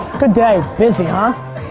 good day, busy, huh?